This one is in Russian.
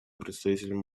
представителем